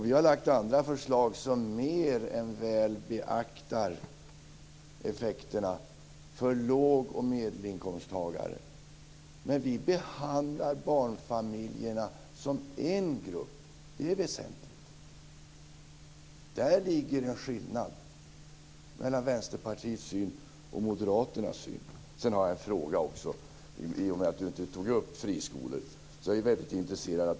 Vi har lagt fram andra förslag som mer än väl beaktar effekterna för låg och medelinkomsttagare, men vi behandlar barnfamiljerna som en grupp. Det är väsentligt. Där ligger en skillnad mellan Vänsterpartiets syn och Moderaternas syn. Jag har en fråga också. I och med att Lennart Gustavsson inte tog upp friskolor är jag väldigt intresserad.